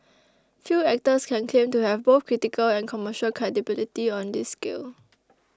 few actors can claim to have both critical and commercial credibility on this scale